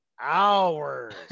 hours